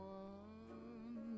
one